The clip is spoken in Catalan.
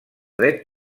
dret